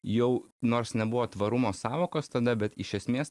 jau nors nebuvo tvarumo sąvokos tada bet iš esmės